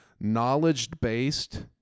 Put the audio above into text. knowledge-based